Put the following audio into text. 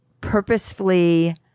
purposefully